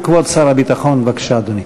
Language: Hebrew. כבוד שר הביטחון, בבקשה, אדוני.